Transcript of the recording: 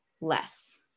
less